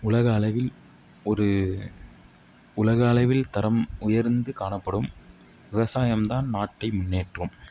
உலக அளவில் ஒரு உலக அளவில் தரம் உயர்ந்து காணப்படும் விவசாயம் தான் நாட்டை முன்னேற்றும்